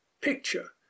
picture